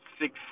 six